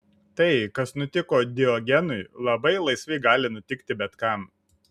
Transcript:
tai kas nutiko diogenui labai laisvai gali nutikti bet kam